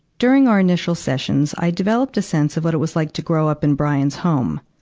during our initial sessions i developed a sense of what it was like to grow up in brian's home.